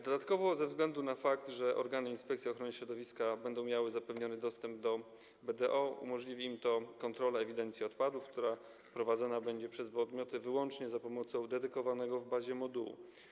Dodatkowo ze względu na fakt, że organy Inspekcji Ochrony Środowiska będą miały zapewniony dostęp do BDO, umożliwi im to kontrolę ewidencji odpadów, która prowadzona będzie przez podmioty wyłącznie za pomocą dedykowanego w bazie modułu.